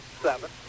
seven